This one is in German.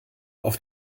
auf